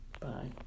Bye